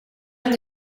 l’un